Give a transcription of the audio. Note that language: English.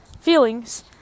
feelings